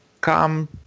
come